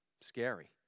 Scary